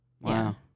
Wow